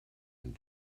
and